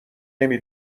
نمی